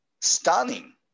stunning